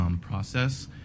process